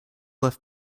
left